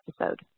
episode